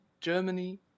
Germany